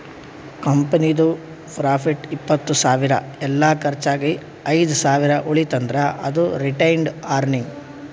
ಕಂಪನಿದು ಪ್ರಾಫಿಟ್ ಇಪ್ಪತ್ತ್ ಸಾವಿರ ಎಲ್ಲಾ ಕರ್ಚ್ ಆಗಿ ಐದ್ ಸಾವಿರ ಉಳಿತಂದ್ರ್ ಅದು ರಿಟೈನ್ಡ್ ಅರ್ನಿಂಗ್